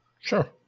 sure